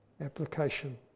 application